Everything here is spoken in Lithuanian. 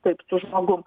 taip su žmogum